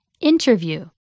Interview